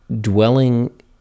dwelling